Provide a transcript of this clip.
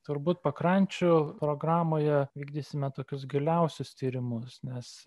turbūt pakrančių programoje vykdysime tokius giliausius tyrimus nes